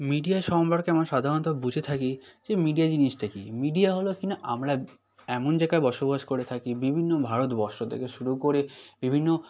media সম্পর্কে আমরা সাধারণত বুঝে থাকি যে মিডিয়া জিনিসটা কী মিডিয়া হলো কিনা আমরা এমন জায়গায় বসবাস করে থাকি বিভিন্ন ভারতবর্ষ থেকে শুরু করে বিভিন্ন